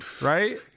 Right